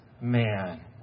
man